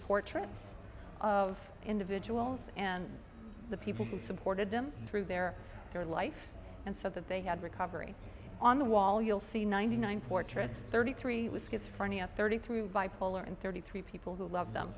portraits of individuals and the people who supported them through their their life and so that they had recovery on the wall you'll see ninety nine portraits thirty three with schizophrenia thirty through bipolar and thirty three people who love them